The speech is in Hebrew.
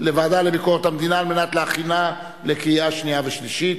דיברו קודם על כך שמשלימים את חוק ההתנתקות ומשלימים את התשלום